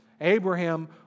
Abraham